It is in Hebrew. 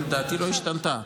דעתי לא השתנתה.